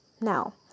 Now